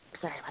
Sorry